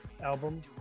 album